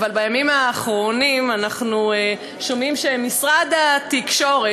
בימים האחרונים אנחנו שומעים שמשרד התקשורת,